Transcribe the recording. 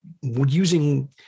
using